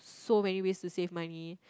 so many ways to save money